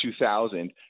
2000